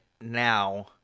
now